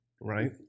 Right